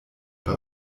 bei